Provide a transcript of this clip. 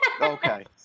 Okay